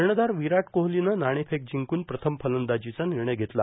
कर्णधार विराट कोहलीनं नाणेफेक जिंकून प्रथम फलंदाजीचा निर्णय घेतला